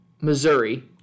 Missouri